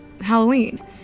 Halloween